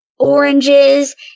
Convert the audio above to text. Oranges